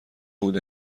بود